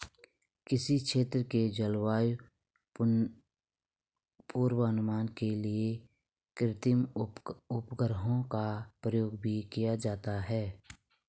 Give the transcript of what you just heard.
किसी क्षेत्र के जलवायु पूर्वानुमान के लिए कृत्रिम उपग्रहों का प्रयोग भी किया जाता है